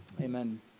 amen